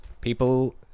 People